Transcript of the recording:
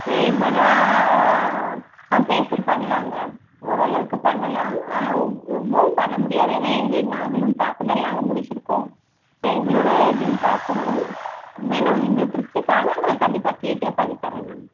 ஃபேவராக ஆ பேசி பண்ணலாங்க ஓரளவுக்கு பண்ணலாம் ஆனால் ரொம்பவும் பண்ண முடியாது ஏன்னால் எங்களுக்கு நாங்களும் பார்க்கணும் இல்லை நாங்கள் முடிச்சுருக்கோம் ஸோ எங்களோடய இதையும் பார்க்கணும் வேணால் உங்கள் திருப்திக்காக நான் கண்டிப்பாக கேட்டு பண்ணித் தரேன் நான்